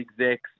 execs